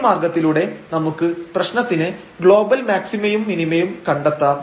ഈ മാർഗ്ഗത്തിലൂടെ നമുക്ക്പ്രശ്നത്തിന് ഗ്ലോബൽ മാക്സിമയും മിനിമയും കണ്ടെത്താം